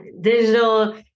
digital